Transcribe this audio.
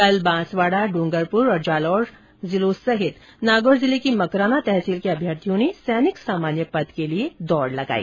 कल बांसवाड़ा ड्रंगरपुर और जालौर जिलों सहित नागौर जिलें की मकराना तहसील के अभ्यर्थियों ने सैनिक सामान्य पद के लिए दौड लगाई